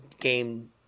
game